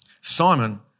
Simon